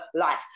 life